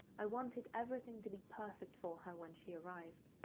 i wanted everything to be perfect for her when she arrived.